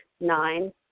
Nine